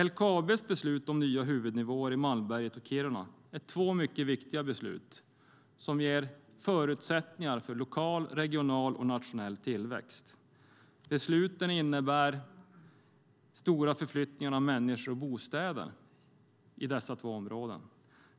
LKAB:s beslut om nya huvudnivåer i Malmberget och Kiruna är två mycket viktiga beslut som ger förutsättningar för lokal, regional och nationell tillväxt. Besluten innebär stora förflyttningar av människor och bostäder i dessa två områden.